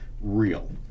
real